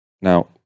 Now